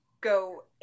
go